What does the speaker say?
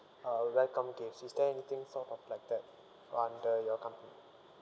uh welcome gifts is there anything sort of like that under your company